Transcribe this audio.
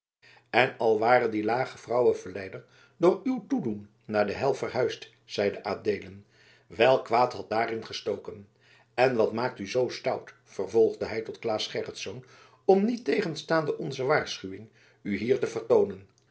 en al ware die lage vrouwenverleider door uw toedoen naar de hel verhuisd zeide adeelen welk kwaad had daarin gestoken en wat maakt u zoo stout vervolgde hij tot claes gerritsz om niettegenstaande onze waarschuwing u hier te vertoonen